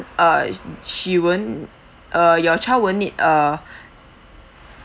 uh she won't uh your child won't need a